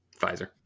Pfizer